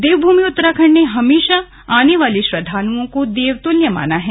देवभूमि उत्तराखंड ने हमेशा आने वाले श्रद्वालुओं को देवतुल्य माना है